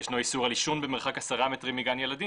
ישנו איסור על עישון במרחק 10 מטרים מגן ילדים.